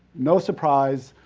most surprise,